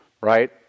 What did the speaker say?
right